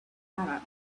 arab